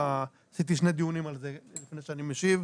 עשיתי שני דיונים על זה לפני שאני משיב.